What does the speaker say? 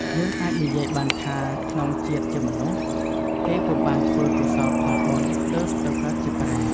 យើងអាចនិយាយបានថា ក្នុងជាតិជាមនុស្ស គេពុំបានធ្វើកុសលផលបុណ្យ ទើបទៅកើតជាប្រេត។